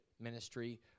ministry